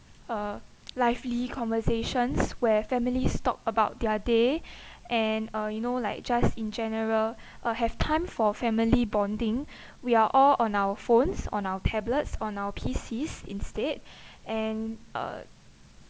uh lively conversations where families talk about their day and uh you know like just in general uh have time for family bonding we are all on our phones on our tablets on our P_Cs instead and uh